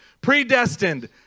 predestined